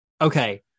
Okay